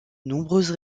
nombreuses